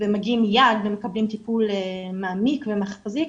ומגיעים מיד ומקבלים טיפול מעמיק ומחזיק,